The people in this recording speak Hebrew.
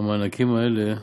המענקים האלה,